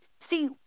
See